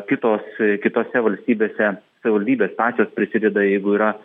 kitos kitose valstybėse savivaldybės pačios prisideda jeigu yra